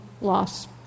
loss